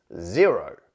zero